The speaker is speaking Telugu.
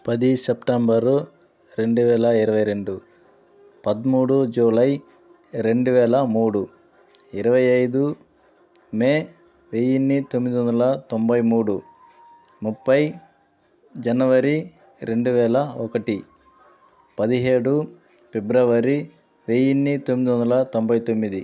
పది సెప్టెంబరు రెండువేల ఇరవై రెండు పదమూడు జూలై రెండువేల మూడు ఇరవై ఐదు మే వెయ్యి తొమ్మిది వందల తొంభై మూడు ముప్పై జనవరి రెండువేల ఒకటి పదిహేడు ఫిబ్రవరి వెయ్యి తొమ్మిది వందల తొంభై తొమ్మిది